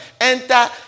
Enter